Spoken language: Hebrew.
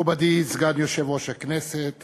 מכובדי סגן יושב-ראש הכנסת